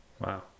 Wow